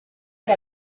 che